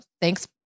thanks